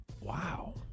Wow